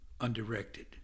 undirected